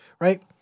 right